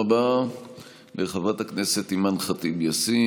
תודה רבה לחברת הכנסת אימאן ח'טיב יאסין.